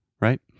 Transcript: right